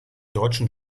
deutschen